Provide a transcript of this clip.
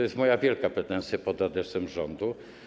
I to jest moja wielka pretensja pod adresem rządu.